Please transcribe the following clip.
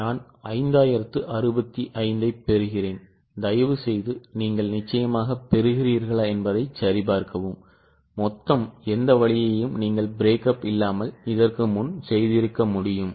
எனவே நான் 5065 ஐப் பெறுகிறேன் தயவுசெய்து நீங்கள் நிச்சயமாகப் பெறுகிறீர்களா என்பதைச் சரிபார்க்கவும் மொத்தம் எந்த வழியையும் நீங்கள் பிரேக்கப் இல்லாமல் இதற்கு முன் செய்திருக்க முடியும்